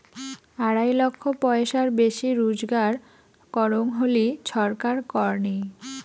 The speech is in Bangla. আড়াই লক্ষ পয়সার বেশি রুজগার করং হলি ছরকার কর নেই